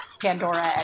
Pandora